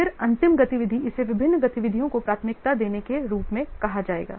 तो फिर अंतिम गतिविधि इसे विभिन्न गतिविधियों को प्राथमिकता देने के रूप में कहा जाएगा